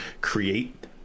create